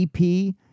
ep